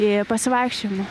į pasivaikščiojimą